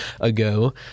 ago